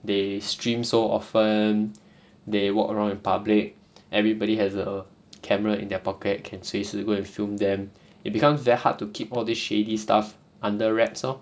they stream so often they walk around in public everybody has a camera in their pocket can 随时 go and film them it becomes very hard to keep all the shady stuff under wraps lor